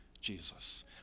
Jesus